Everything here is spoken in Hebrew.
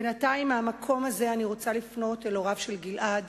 בינתיים ממקום זה אני רוצה לפנות אל הוריו של גלעד,